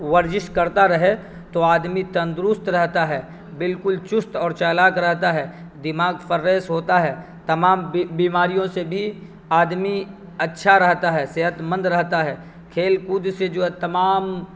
ورزش کرتا رہے تو آدمی تندرست رہتا ہے بالکل چست اور چالاک رہتا ہے دماغ فرریس ہوتا ہے تمام بیماریوں سے بھی آدمی اچھا رہتا ہے صحت مند رہتا ہے کھیل کود سے جو ہے تمام